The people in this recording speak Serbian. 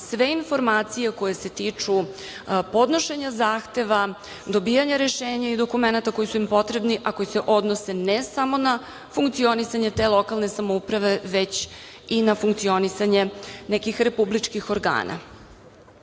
sve informacije koje se tiču podnošenja zahteva, dobijanje rešenja i dokumenata koja su im potrebna, a koja se ne odnose ne samo na funkcionisanje te lokalne samouprave, već i na funkcionisanje nekih republičkih